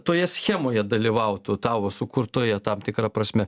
toje schemoje dalyvautų tavo sukurtoje tam tikra prasme